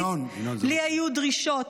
לה היו דרישות.